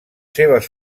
seves